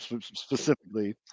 specifically